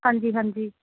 ਹਾਂਜੀ ਹਾਂਜੀ